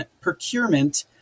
procurement